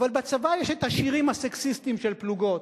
אבל בצבא יש השירים הסקסיסטיים של פלוגות.